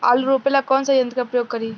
आलू रोपे ला कौन सा यंत्र का प्रयोग करी?